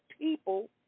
people